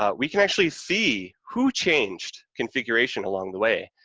ah we can actually see who changed configuration along the way.